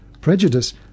prejudice